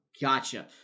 Gotcha